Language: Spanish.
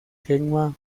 gemma